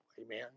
Amen